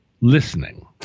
listening